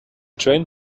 train